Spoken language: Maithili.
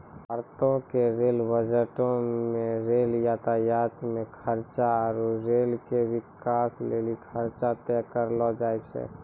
भारतो के रेल बजटो मे रेल यातायात मे खर्चा आरु रेलो के बिकास लेली खर्चा तय करलो जाय छै